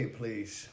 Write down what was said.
please